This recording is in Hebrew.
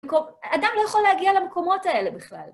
אדם לא יכול להגיע למקומות האלה בכלל.